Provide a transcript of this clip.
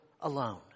alone